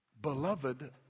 Beloved